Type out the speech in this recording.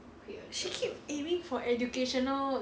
she keep aiming for educational